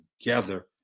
together